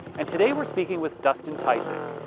and today we're speaking with dustin tysick,